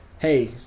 hey